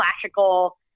classical